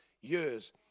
years